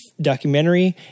documentary